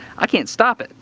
i can't stop it.